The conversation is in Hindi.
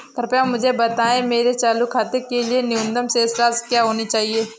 कृपया मुझे बताएं मेरे चालू खाते के लिए न्यूनतम शेष राशि क्या होनी चाहिए?